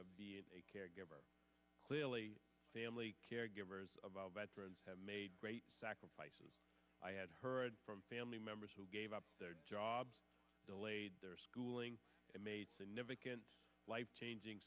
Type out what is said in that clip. of being a caregiver clearly family caregivers have made great sacrifices i had heard from family members who gave up their jobs delayed their schooling and made significant life changing